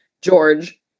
George